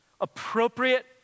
appropriate